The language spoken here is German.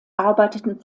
arbeiteten